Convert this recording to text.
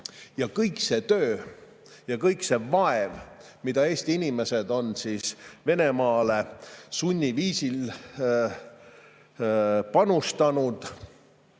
Kõik see töö ja kõik see vaev, mida Eesti inimesed on Venemaale sunniviisil panustanud,